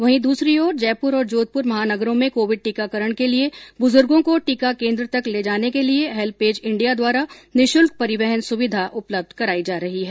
वहीं दूसरी ओर जयपुर और जोधपुर महानगरों में कोविड टीकाकरण के लिए बुज़र्गो को टीका केन्द्र तक लाने ले जाने के लिए हेल्पेज इंडिया द्वारा निःशुल्क परिवहन सुविधा उपलब्ध कराई जा रही है